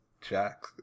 Jack